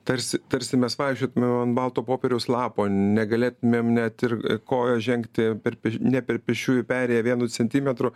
tarsi tarsi mes pavyzdžiui nu ant balto popieriaus lapo negalėtumėm net ir kojos žengti per ne per pėsčiųjų perėją vienu centimetru